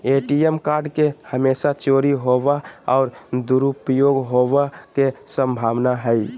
ATM card के हमेशा चोरी होवय और दुरुपयोग होवेय के संभावना हइ